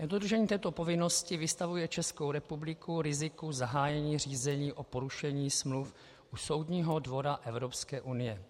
Nedodržení této povinnosti vystavuje Českou republiku riziku zahájení řízení o porušení smluv u Soudního dvora Evropské unie.